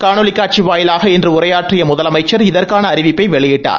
காணொலி காட்சி வாயிலாக இன்று உரையாற்றி முதலமைச்சள் இதற்கான அறிவிப்பை வெளியிட்டார்